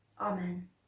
Amen